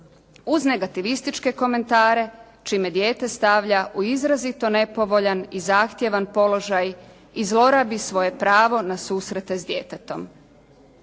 uz negativističke komentare čime dijete stavlja u izrazito nepovoljan i zahtjevan položaj i zlorabi svoje pravo na susrete s djetetom.